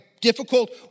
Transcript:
difficult